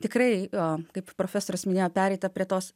tikrai o kaip profesorius minėjo pereita prie tos